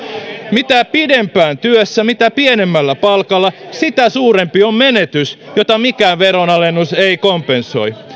mitä pidempään työssä mitä pienemmällä palkalla sitä suurempi on menetys jota mikään veronalennus ei kompensoi